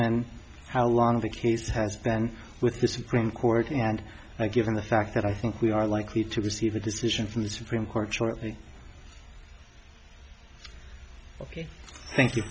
given how long the case has been with the supreme court and given the fact that i think we are likely to receive a decision from the supreme court shortly ok thank you